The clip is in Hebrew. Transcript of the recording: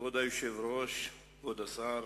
כבוד היושב-ראש, כבוד השר,